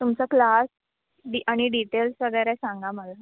तुमचा class D आणि details वगैरे सांगा मला